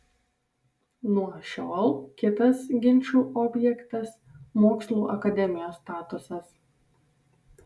nuo šiol kitas ginčų objektas mokslų akademijos statusas